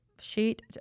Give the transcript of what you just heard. sheet